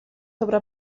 sobre